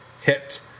hit